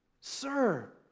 Sir